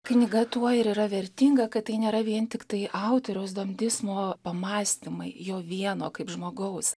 knyga tuo ir yra vertinga kad tai nėra vien tiktai autoriaus don dismo pamąstymai jo vieno kaip žmogaus